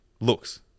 looks